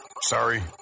Sorry